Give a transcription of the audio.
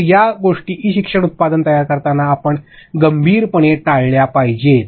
तर या गोष्टी ई शिक्षण उत्पादन तयार करताना आपण गंभीरपणे टाळल्या पाहिजेत